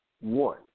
one